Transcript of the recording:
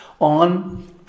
on